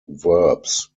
verbs